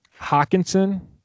Hawkinson